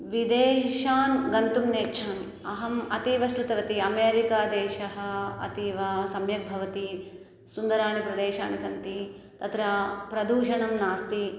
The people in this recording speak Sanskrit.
विदेशान् गन्तुं नेच्छामि अहम् अतः एव श्रुतवती अमेरिकादेशः अतीव सम्यक् भवति सुन्दराः प्रदेशाः सन्ति तत्र प्रदूषणं नास्ति